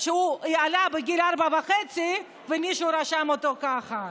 שהוא עלה בגיל ארבע וחצי ומישהו רשם אותו ככה.